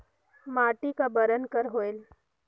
माटी का बरन कर होयल?